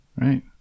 Right